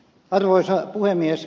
arvoisa puhemies